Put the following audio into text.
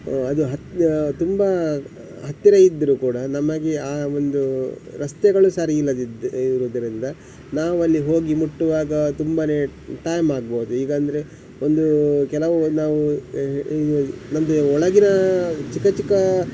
ಅದು ಹತ್ ತುಂಬಾ ಹತ್ತಿರ ಇದ್ದರು ಕೂಡ ನಮಗೆ ಆ ಒಂದು ರಸ್ತೆಗಳು ಸರಿ ಇಲ್ಲದಿದ್ ಇರುವುದರಿಂದ ನಾವಲ್ಲಿ ಹೋಗಿ ಮುಟ್ಟುವಾಗ ತುಂಬಾ ಟೈಮ್ ಆಗ್ಬೋದು ಈಗ ಅಂದರೆ ಒಂದು ಕೆಲವು ನಾವು ನಮಗೆ ಒಳಗಿನ ಚಿಕ್ಕ ಚಿಕ್ಕ